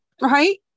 Right